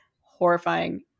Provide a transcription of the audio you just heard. horrifying